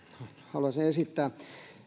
haluaisin esittää